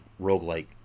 roguelike